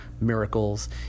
miracles